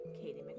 Katie